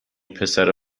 پسر